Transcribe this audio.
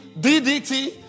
DDT